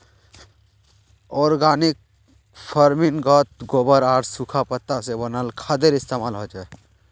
organic फर्मिन्गोत गोबर आर सुखा पत्ता से बनाल खादेर इस्तेमाल होचे